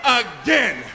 again